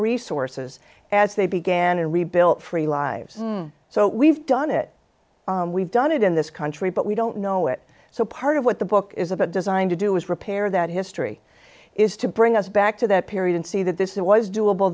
resources as they began and rebuilt free lives so we've done it we've done it in this country but we don't know it so part of what the book is about designed to do is repair that history is to bring us back to that period and see that this it was doable